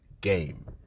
game